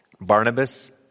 Barnabas